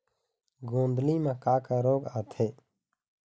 गोंदली म का का रोग आथे?